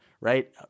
right